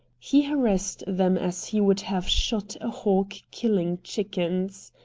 he harassed them as he would have shot a hawk killing chickens.